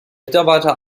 mitarbeiter